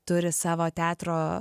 turi savo teatro